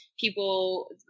people